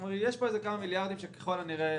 כלומר יש כאן כמה מיליארדים שככל הנראה